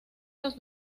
los